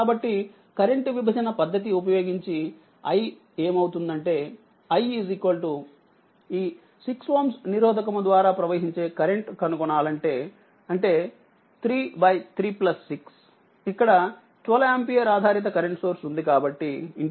కాబట్టికరెంట్విభజనపద్ధతిఉపయోగించిi ఏమవుతుందంటే i ఈ 6Ω నిరోధకము ద్వారాప్రవహించే కరెంట్ కనుగొనాలంటేఅంటే 336 ఇక్కడ 12ఆంపియర్ ఆధారిత కరెంట్ సోర్స్ వుంది కాబట్టి 12